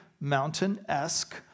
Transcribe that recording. mountain-esque